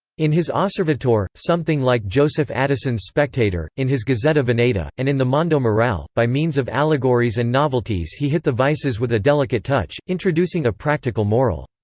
in his osservatore, something like joseph addison's spectator, in his gazzetta veneta, and in the mondo morale, by means of allegories and novelties he hit the vices with a delicate touch, introducing a practical moral.